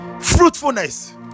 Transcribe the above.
fruitfulness